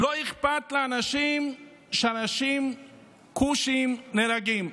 לא אכפת לאנשים כשאנשים כושים נהרגים,